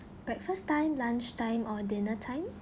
breakfast time lunch time or dinner time